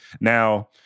Now